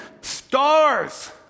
stars